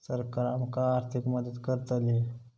सरकार आमका आर्थिक मदत करतली?